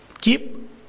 keep